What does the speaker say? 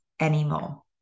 anymore